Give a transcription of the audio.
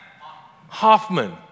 Hoffman